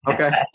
Okay